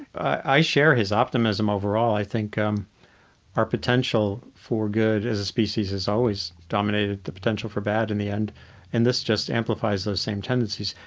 i share his optimism overall. i think um our potential for good as a species has always dominated the potential for bad in the end and this just amplifies those same tendencies.